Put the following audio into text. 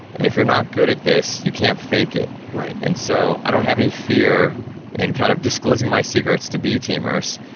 and if you're not good at this, you can't fake it. right. and, so, i don't really have any fear in kind of disclosing my secrets to b-teamers,